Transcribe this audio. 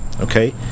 okay